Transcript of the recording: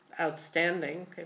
outstanding